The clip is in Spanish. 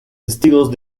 testigos